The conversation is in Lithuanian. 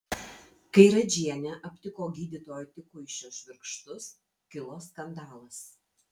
kai radžienė aptiko gydytojo tikuišio švirkštus kilo skandalas